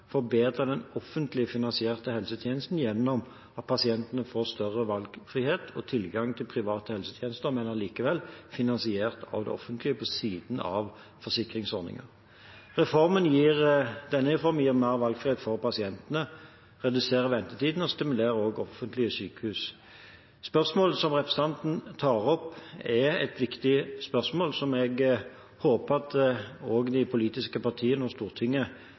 den offentlig finansierte helsetjenesten gjennom at pasientene får større valgfrihet og tilgang til private helsetjenester, men allikevel finansiert av det offentlige på siden av forsikringsordninger. Denne reformen gir mer valgfrihet for pasientene, reduserer ventetiden og stimulerer offentlige sykehus. Spørsmålet som representanten tar opp, er et viktig spørsmål som jeg håper at også de politiske partiene og Stortinget